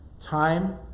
Time